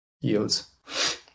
yields